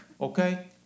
Okay